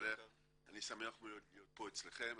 שמח להיות אצלכם.